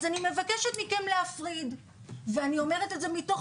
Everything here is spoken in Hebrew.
אז אני בקשת מכם להפריד ואני אומרת את זה מתוך